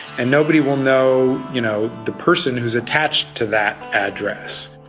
and nobody will know you know the person who is attached to that address.